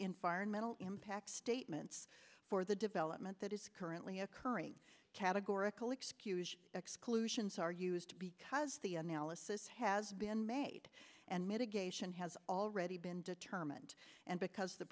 environmental impact statements for the development that is currently occurring categorical excuse exclusions are used because the analysis has been made and mitigation has already been determined and because